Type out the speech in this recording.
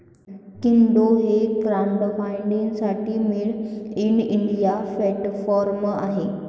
कीटो हे क्राउडफंडिंगसाठी made in India platform आहे